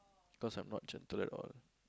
cause I'm not gentle at all